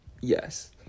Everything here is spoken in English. yes